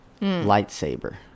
lightsaber